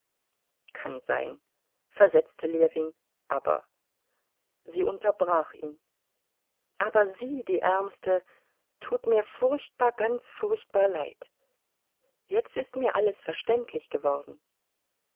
kann sein versetzte ljewin aber sie unterbrach ihn aber sie die ärmste tut mir furchtbar ganz furchtbar leid jetzt ist mir alles verständlich geworden